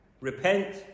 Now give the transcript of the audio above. Repent